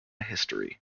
history